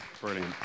Brilliant